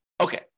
Okay